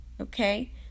okay